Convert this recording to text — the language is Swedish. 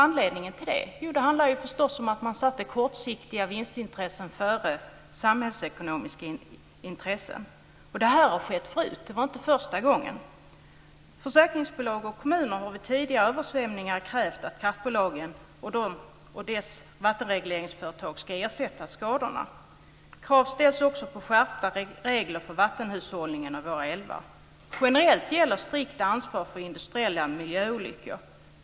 Anledningen var förstås att man satte kortsiktiga vinstintressen före samhällsekonomiska intressen. Det har skett tidigare - detta var inte första gången. Försäkringsbolag och kommuner har vid tidigare översvämningar krävt att kraftbolagen och deras vattenregleringsföretag ska ersätta skadorna. Krav ställs också på skärpta regler för vattenhushållningen i våra älvar. Generellt gäller strikt ansvar för industriella miljöolyckor.